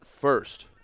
first